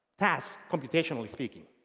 pass, computationally speaking.